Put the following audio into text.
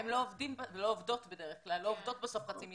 מה גם שבסוף הן לא עובדות חצי משרה,